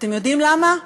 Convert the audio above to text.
אתם יודעים למה?